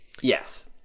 Yes